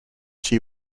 she